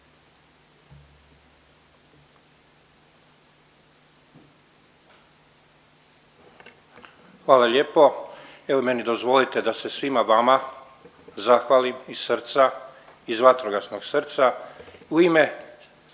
Hvala lijepo. Evo meni dozvolite da se svima zahvalim iz srca, iz vatrogasnog srca